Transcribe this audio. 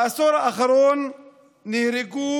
בעשור האחרון נהרגו